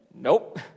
Nope